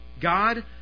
God